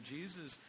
Jesus